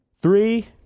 three